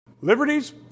Liberties